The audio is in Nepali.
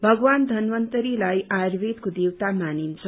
भगवान धन्वन्तरीलाई आयूर्वेदको देवता मानिन्छ